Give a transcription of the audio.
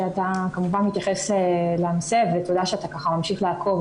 שאתה מתייחס לנושא ותודה שאתה ממשיך לעקוב,